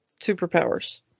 superpowers